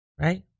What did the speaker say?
right